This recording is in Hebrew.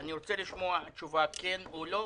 אני רוצה לשמוע תשובה כן או לא,